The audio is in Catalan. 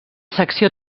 secció